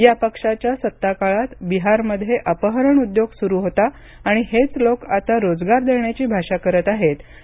या पक्षाच्या सत्ता काळात बिहारमध्ये अपहरण उद्योग सुरू होता आणि हेच लोक आता रोजगार देण्याची भाषा करत आहेत असं नड्डा म्हणाले